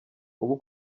ubu